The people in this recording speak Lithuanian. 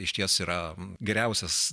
išties yra geriausias